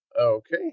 Okay